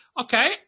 Okay